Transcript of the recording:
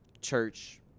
church